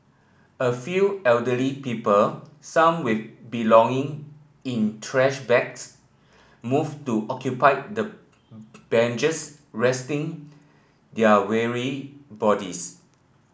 a few elderly people some with belonging in trash bags move to occupy the benches resting their weary bodies